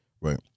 right